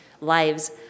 lives